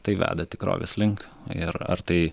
tai veda tikrovės link ir ar tai